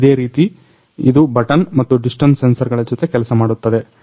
ಇದೇ ರೀತಿ ಇದು ಬಟನ್ ಮತ್ತು ಡಿಸ್ಟನ್ಸ್ ಸೆನ್ಸರ್ಗಳ ಜೊತೆ ಕೆಲಸ ಮಾಡುತ್ತದೆ